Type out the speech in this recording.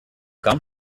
come